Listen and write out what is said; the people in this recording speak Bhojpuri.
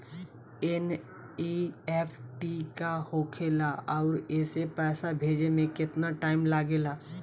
एन.ई.एफ.टी का होखे ला आउर एसे पैसा भेजे मे केतना टाइम लागेला?